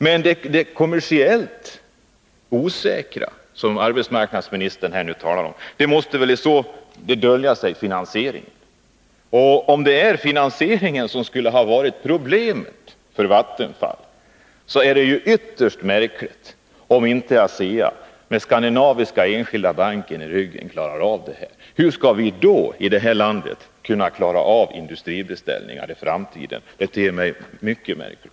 Men bakom det kommersiellt osäkra, som arbetsmarknadsministern nu talar om, måste väl i så fall dölja sig finansieringen. Om det är finansieringen som skulle ha varit problemet för Vattenfall, är det ytterst märkligt om inte ASEA med Skandinaviska Enskilda Banken i ryggen klarar av detta. Hur skall vi då i det här landet kunna klara av industribeställningar i framtiden? Det ter sig mycket märkligt.